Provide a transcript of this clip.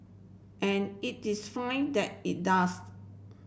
and it is fine that it does